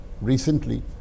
recently